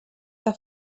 que